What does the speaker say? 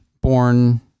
born